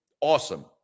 awesome